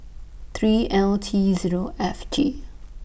three L T Zero F G